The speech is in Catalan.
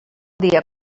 dia